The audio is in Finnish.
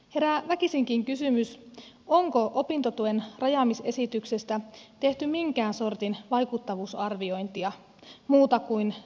herää väkisinkin kysymys onko opintotuen rajaamisesityksestä tehty minkään sortin vaikuttavuusarviointia muuta kuin säästönäkökulmasta